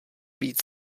být